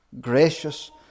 Gracious